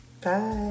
Bye